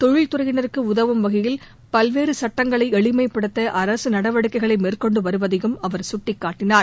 தொழில் துறையினருக்கு உதவும் வகையில் பல்வேறு சட்டங்களை எளிமைப்படுத்த அரசு நடவடிக்கைகளை மேற்கொண்டு வருவதையும் அவர் சுட்டிக்காட்டினார்